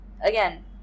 again